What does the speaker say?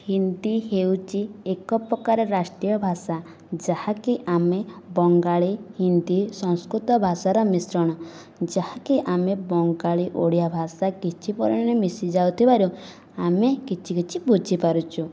ହିନ୍ଦୀ ହେଉଛି ଏକ ପ୍ରକାର ରାଷ୍ଟ୍ରୀୟ ଭାଷା ଯାହାକି ଆମେ ବଙ୍ଗାଳୀ ହିନ୍ଦୀ ସଂସ୍କୃତ ଭାଷାର ମିଶ୍ରଣ ଯାହାକି ଆମେ ବଙ୍ଗାଳୀ ଓଡ଼ିଆ ଭାଷା କିଛି ପରିମାଣରେ ମିଶି ଯାଉଥିବାରୁ ଆମେ କିଛି କିଛି ବୁଝି ପାରୁଛୁ